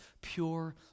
pure